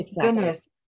goodness